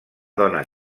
dona